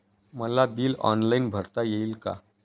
मला bill online भरता येईल का?